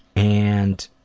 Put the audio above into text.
and